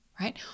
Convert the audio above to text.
right